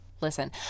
listen